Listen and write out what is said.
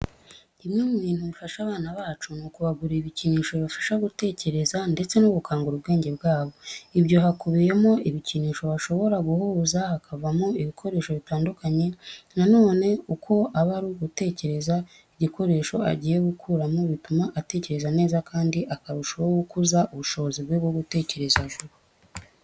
Kimwe mu bintu bifasha abana bacu, ni ukubagurira ibikinisho bibafasha gutekereza ndetse no gukangura ubwenge bwabo. Ibyo hakubiyemo ibikinisho bashobora guhuza hakavamo ibikoresho bitandukanye. Na none uko aba ari gutekereza igikoresho agiye gukoramo bituma atekereza neza kandi akarushaho gukuza ubushobozi bwe bwo gutekereza vuba.